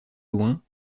loin